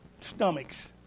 stomachs